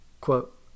Quote